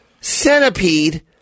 centipede